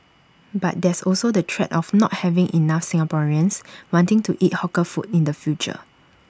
but there's also the threat of not having enough Singaporeans wanting to eat hawker food in the future